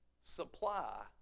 supply